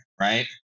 right